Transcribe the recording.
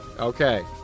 Okay